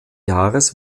jahres